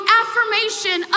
affirmation